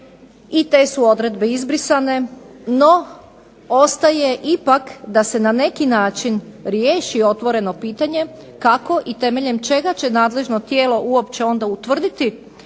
I te su odredbe izbrisane. No, ostaje ipak da se na neki način riješi otvoreno pitanje kako i temeljem čega će nadležno tijelo uopće onda utvrditi